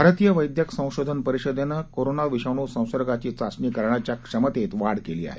भारतीय वैद्यक संशोधन परिषदेनं कोरोना विषाणू संसर्गाची चाचणी करण्याच्या क्षमतेतही वाढ केली आहे